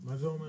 מה זה אומר?